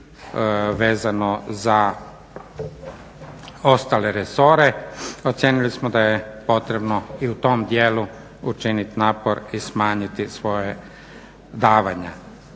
vezano za ostale resore. Ocijenili smo da je potrebno i u tom dijelu učiniti napor i smanjiti svoja davanja.